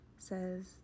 Says